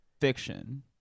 fiction